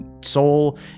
soul